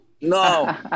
No